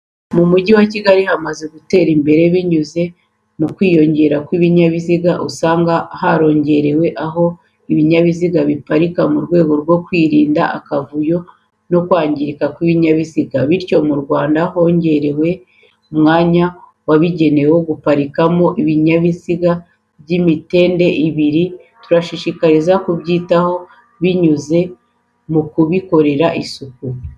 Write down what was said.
Mu mujyi wa Kigali hamaze gutera imbere binyuze mukwiyongera kw'ibinyabiziga usanga harongerewe aho ibinyabiziga biparika mu rwego rwo kwirinda akavuyo no kwangirika kw'ibinyabiziga bityo mu Rwanda hongerewe umwanya wabigenewe wo guparikamo ibinyabiziga by'imitende ibiri. Turashishikarizwa kubyitaho binyuze mukubikorera Isuku.